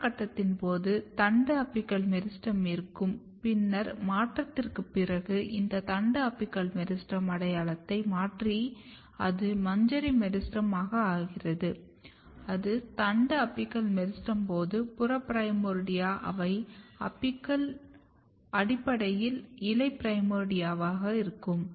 தாவர கட்டத்தின் போது தண்டு அபிக்கல் மெரிஸ்டெம் இருக்கும் பின்னர் மாற்றத்திற்குப் பிறகு இந்த தண்டு அபிக்கல் மெரிஸ்டெம் அடையாளத்தை மாற்றி அது மஞ்சரி மெரிஸ்டெம் ஆகிறது அது தண்டு அபிக்கல் மெரிஸ்டெம் போது புற பிரைமோர்டியா அவை அடிப்படையில் இலை பிரைமோர்டியாவாக இருக்கும்